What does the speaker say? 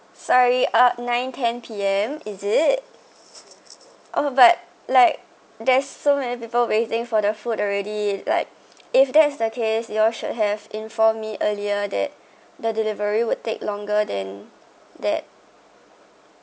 sorry uh nine ten P_M is it oh but like there's so many people waiting for the food already like if that's the case you all should have informed me earlier that the delivery would take longer than that